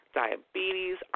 diabetes